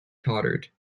tottered